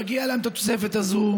מגיעה להם התוספת הזאת.